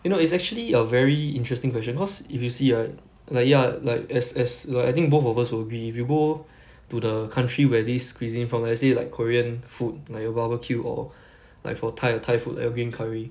you know it's actually a very interesting question cause if you see right like ya like as as like I think both of us will be we go to the country where these cuisine from let's say like korean food like your barbecue or like for thai your thai food green curry